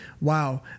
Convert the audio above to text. wow